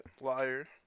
Liar